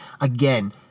Again